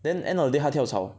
then end of the day 他跳槽